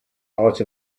light